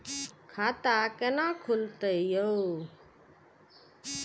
खाता केना खुलतै यो